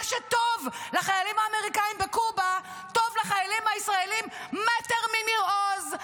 מה שטוב לחיילים האמריקאים בקובה טוב לחיילים הישראלים מטר מניר עוז,